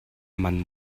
man